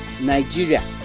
Nigeria